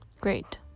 great